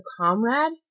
comrade